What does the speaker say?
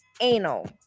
anal